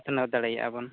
ᱩᱛᱱᱟᱹᱣ ᱫᱟᱲᱮᱭᱟᱜ ᱟᱵᱚᱱ